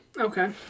Okay